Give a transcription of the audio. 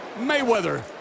Mayweather